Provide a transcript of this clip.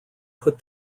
put